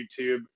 YouTube